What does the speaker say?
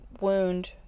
wound